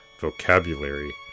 Vocabulary